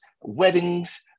weddings